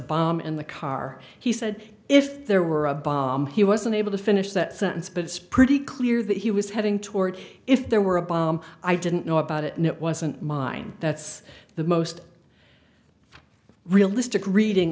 bomb in the car he said if there were a bomb he was unable to finish that sentence but it's pretty clear that he was heading toward if there were a bomb i didn't know about it and it wasn't mine that's the most realistic reading